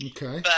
Okay